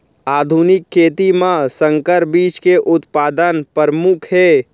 आधुनिक खेती मा संकर बीज के उत्पादन परमुख हे